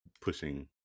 pushing